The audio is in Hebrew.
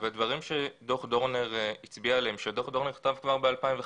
אלה דברים שדוח דורנר הצביע עליהם כבר ב-2015